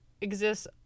exists